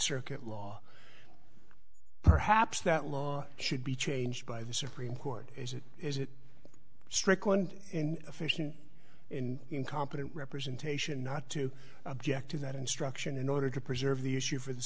circuit law perhaps that law should be changed by the supreme court is it is it strickland efficient in incompetent representation not to object to that instruction in order to preserve the issue for the